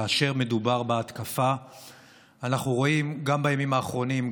כאשר מדובר בהתקפה אנחנו רואים גם בימים האחרונים,